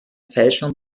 fälschung